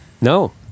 no